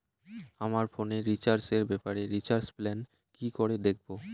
আমার ফোনে রিচার্জ এর ব্যাপারে রিচার্জ প্ল্যান কি করে দেখবো?